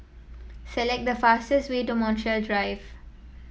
select the fastest way to Montreal Drive